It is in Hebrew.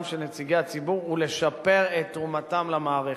של נציגי הציבור ולשפר את תרומתם למערכת.